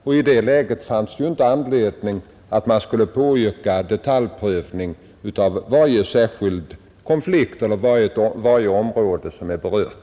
Och i det läget fanns inte anledning att påyrka en detaljprövning av varje särskild konflikt eller varje område som är berört.